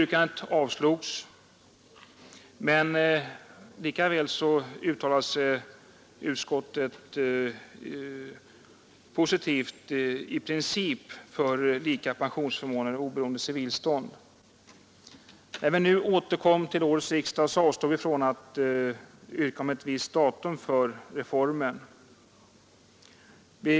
Yrkandet avslogs, men likväl uttalade sig utskottet positivt i princip för lika pensionsförmåner oberoende av civilstånd. När vi nu återkom även vid årets riksdag avstod vi från att yrka på ett visst datum för reformens genomförande.